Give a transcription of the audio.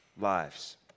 lives